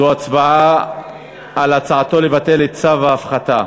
זו הצבעה על ההצעה לבטל את צו ההפחתה.